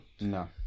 No